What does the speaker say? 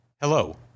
Hello